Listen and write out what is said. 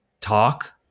talk